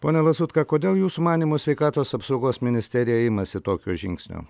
pone lazutka kodėl jūsų manymu sveikatos apsaugos ministerija imasi tokio žingsnio